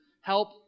help